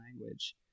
language